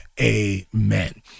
amen